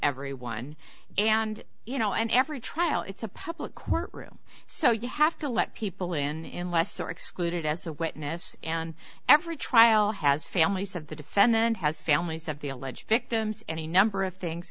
every one and you know and every trial it's a public courtroom so you have to let people in leicester excluded as a witness and every trial has families of the defendant has families of the alleged victims any number of things